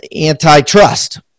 antitrust